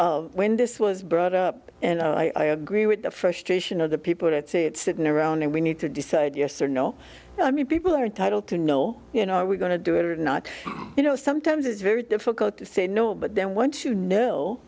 testify when this was brought up and i agree with the frustration of the people that see it sitting around and we need to decide yes or no i mean people are entitled to know you know are we going to do it or not you know sometimes it's very difficult to say no but then once you know